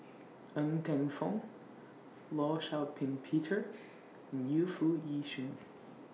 Ng Teng Fong law Shau Ping Peter and Yu Foo Yee Shoon